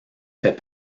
fait